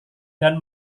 dan